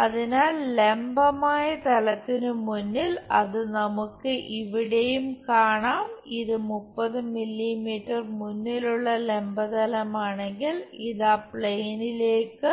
അതിനാൽ ലംബമായ തലത്തിനു മുന്നിൽ അത് നമുക്ക് ഇവിടെയും ശ്രദ്ധിക്കാം ഇത് 30 മില്ലീമീറ്ററിന് മുന്നിലുള്ള ലംബ തലം ആണെങ്കിൽ ഇത് ആ പ്ലെയിനിലേക്കു